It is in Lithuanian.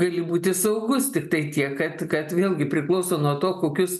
gali būti saugus tiktai tiek kad kad vėlgi priklauso nuo to kokius